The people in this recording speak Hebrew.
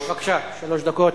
בבקשה, אדוני.